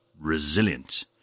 resilient